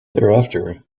thereafter